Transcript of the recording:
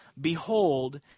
Behold